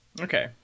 Okay